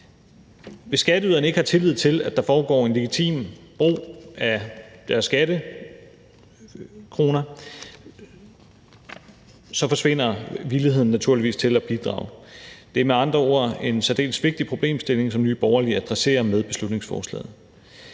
Hvis skatteyderne ikke har tillid til, at der foregår en legitim brug af deres skattekroner, forsvinder villigheden naturligvis til at bidrage. Det er med andre ord en særdeles vigtig problemstilling, som Nye Borgerlige adresserer med beslutningsforslaget.